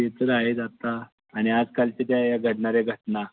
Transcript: ते तर आहेच आता आणि आजकालचे त्या घडणाऱ्या घटना